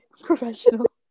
professional